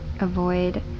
avoid